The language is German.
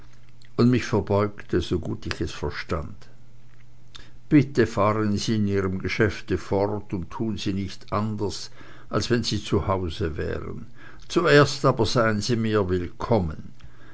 und mich verbeugte so gut ich es verstand bitte fahren sie fort in ihrem geschäfte und tun sie nicht anders als wenn sie zu haus wären zuerst aber seien sie mir willkommen